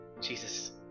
Jesus